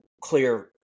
clear